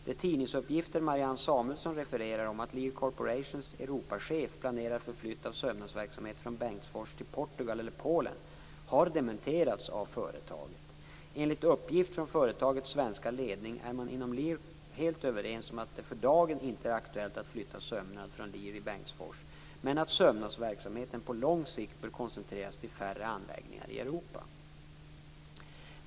De tidningsuppgifter Marianne Samuelsson refererar om att Lear Corporations Europachef planerar för flytt av sömnadsverksamhet från Bengtsfors till Portugal eller Polen har dementerats av företaget. Enligt uppgift från företagets svenska ledning är man inom Lear helt överens om att det för dagen inte är aktuellt att flytta sömnad från Lear i Bengtsfors men att sömnadsverksamheten på lång sikt bör koncentreras till färre anläggningar i Europa.